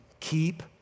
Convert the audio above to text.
Keep